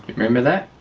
remember that?